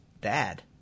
dad